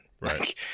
Right